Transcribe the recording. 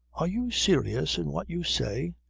are you serious in what you say?